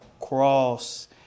cross